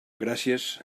gràcies